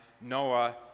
Noah